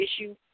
issue